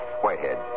Whitehead